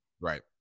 Right